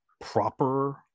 proper